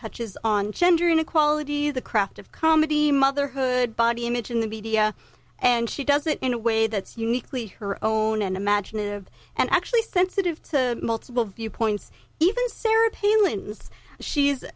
touches on gender inequality the craft of comedy motherhood body image in the media and she does it in a way that's uniquely her own and imaginative and actually sensitive to multiple viewpoints even